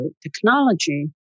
technology